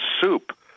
soup